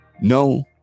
no